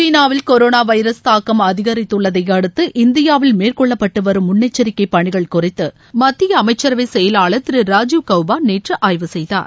சீனாவில் corona virus தாக்கம் அதிகரித்துள்ளதை அடுத்து இந்தியாவில் மேற்கொள்ளப்பட்டு வரும் முன்னெச்சரிக்கை பணிகள் குறித்து மத்திய அமைச்சரவை செயலாளர் திரு ராஜீவ் கவுபா நேற்று ஆய்வு செய்தார்